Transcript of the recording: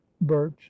birch